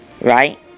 right